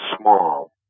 small